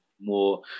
more